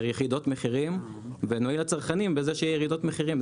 ירידות מחירים ונועיל לצרכנים בזה שיהיו ירידות מחירים,